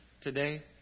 today